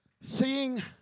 seeing